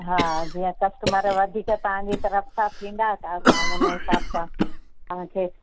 हा जीअं कस्टमर वधीक तव्हांजी तरफ़ खां थींदा त असां उन हिसाब सां तव्हांखे